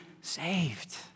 saved